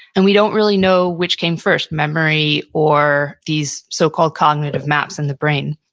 and we don't really know which came first, memory or these so called cognitive maps in the brain